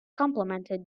complimented